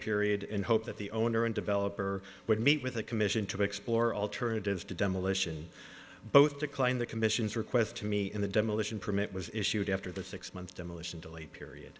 period in hope that the owner and developer would meet with a commission to explore alternatives to demolition both declined the commission's request to me and the demolition permit was issued after the six month demolition delay period